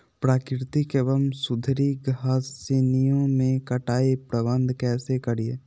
प्राकृतिक एवं सुधरी घासनियों में कटाई प्रबन्ध कैसे करीये?